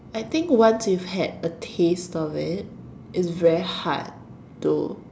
I think once you've had a taste of it it's very hard to